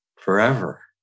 Forever